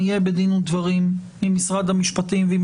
נהיה בדין ודברים עם משרד המשפטים ועם